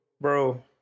bro